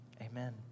Amen